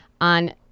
on